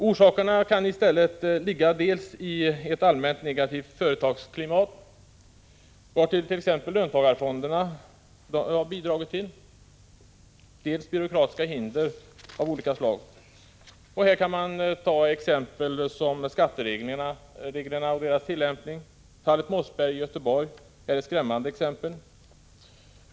Orsakerna kan ligga dels i det allmänt negativa företagsklimatet, vartill t.ex. löntagarfonderna har bidragit, dels i byråkratiska hinder av olika slag. Här kan man ta som exempel skattereglerna och deras tillämpning. Fallet Mossberg i Göteborg är ett skrämmande exempel.